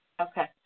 Okay